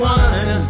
one